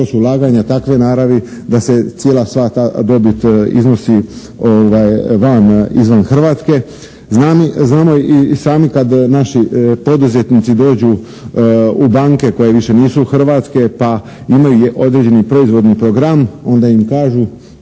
to su ulaganja takve naravi da se cijela sva ta dobit iznosi van izvan Hrvatske. Znamo i sami kad naši poduzetnici dođu u banke koje više nisu hrvatske pa imaju određeni proizvodni program onda im kažu